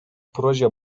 proje